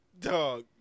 Dog